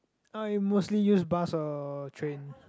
I mostly use bus or train